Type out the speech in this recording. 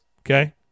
Okay